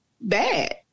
bad